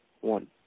one